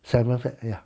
salmon fat ya